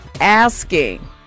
asking